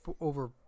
over